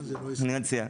אני אציע.